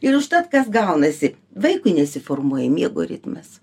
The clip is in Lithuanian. ir užtat kas gaunasi vaikui nesiformuoja miego ritmas